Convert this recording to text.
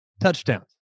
touchdowns